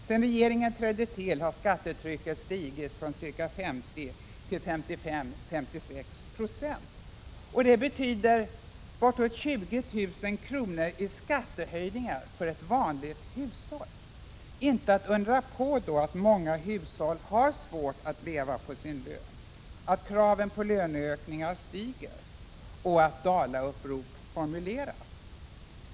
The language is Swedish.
Sedan regeringen trädde till har skattetrycket stigit från ca 50 till 55-56 96. Det betyder bortåt 20 000 kr. i skattehöjningar för ett vanligt hushåll. Inte undra på då att många hushåll har svårt att leva på sin lön och att kraven på löneökningar stiger och att Dalaupprop formuleras.